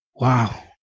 Wow